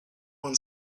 one